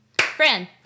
friend